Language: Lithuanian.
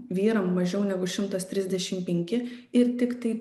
vyram mažiau negu šimtas trisdešim penki ir tiktai